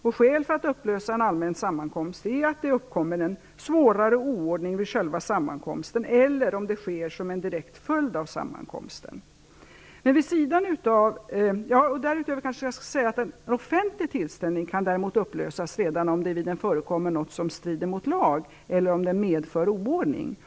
Skäl för att upplösa en allmän sammankomst är att det uppkommer en svårare oordning vid själva sammankomsten eller att det sker som en direkt följd av sammankomsten. Jag kanske också skall tillägga att en offentlig tillställning däremot kan upplösas redan om det vid den förekommer något som strider mot lag eller om den medför oordning.